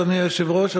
אדוני היושב-ראש,